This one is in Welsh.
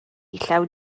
llew